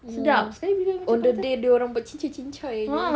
oh on the day dia orang buat cincai-cincai jer